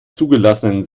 zugelassenen